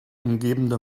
umgebende